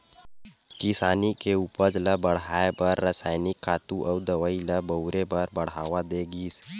किसानी के उपज ल बड़हाए बर रसायनिक खातू अउ दवई ल बउरे बर बड़हावा दे गिस